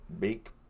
Make